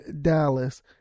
Dallas